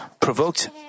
provoked